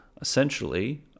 essentially